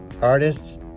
artists